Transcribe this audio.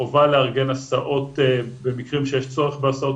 החובה לארגן הסעות במקרים שיש צורך בהסעות,